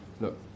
Look